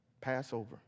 Passover